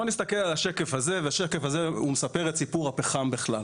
נסתכל על השקף הזה שמספר את סיפור הפחם בכלל.